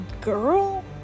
girl